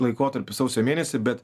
laikotarpį sausio mėnesį bet